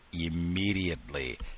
immediately